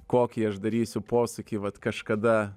kokį aš darysiu posakį vat kažkada